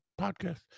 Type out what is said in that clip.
podcast